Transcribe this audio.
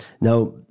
Now